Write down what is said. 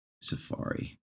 Safari